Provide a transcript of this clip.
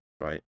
right